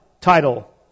title